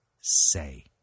say